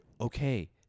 okay